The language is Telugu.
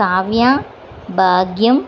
కావ్య భాగ్యం